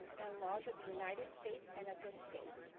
and laws of the united states and of this state.